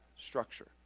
structure